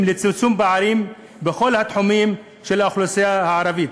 לצמצום פערים בכל התחומים של האוכלוסייה הערבית,